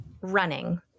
running